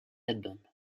album